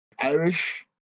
Irish